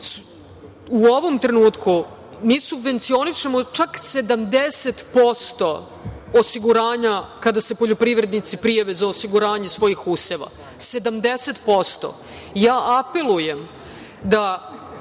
U ovom trenutku mi subvencionišemo čak 70% osiguranja kada se poljoprivrednici prijave za osiguranje svojih useva, 70%.Apelujem da